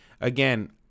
Again